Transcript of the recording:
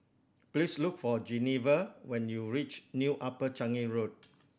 please look for Geneva when you reach New Upper Changi Road